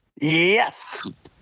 Yes